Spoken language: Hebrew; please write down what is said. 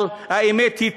אבל האמת היא,